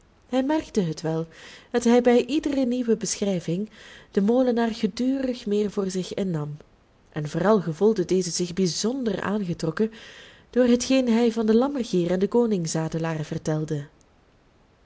hij merkte het wel dat hij bij iedere nieuwe beschrijving den molenaar gedurig meer voor zich innam en vooral gevoelde deze zich bijzonder aangetrokken door hetgeen hij van den lammergier en den koningsadelaar vertelde